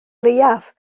leiaf